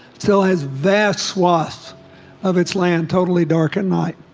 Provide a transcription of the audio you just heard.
still has vast swathes of its land totally dark at night